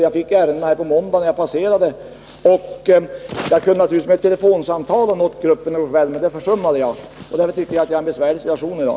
Jag fick betänkandena i måndags, när jag passerade riksdagshuset. Jag kunde naturligtvis ha nått gruppen med ett telefonsamtal, men jag försummade det. Därför tycker jag att jag är i en besvärlig situation i dag.